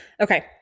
Okay